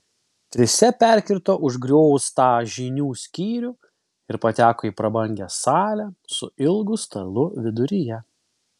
trise perkirto užgrioztą žinių skyrių ir pateko į prabangią salę su ilgu stalu viduryje